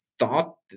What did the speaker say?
thought